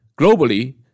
Globally